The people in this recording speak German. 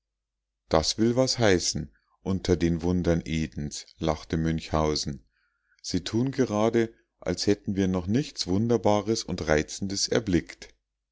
was will das heißen unter den wundern edens lachte münchhausen sie tun gerade als hätten wir noch nichts wunderbares und reizendes erblickt